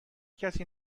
کسی